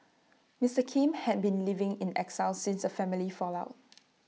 Mister Kim had been living in exile since A family fallout